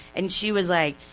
and she was like,